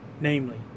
namely